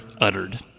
uttered